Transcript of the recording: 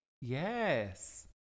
Yes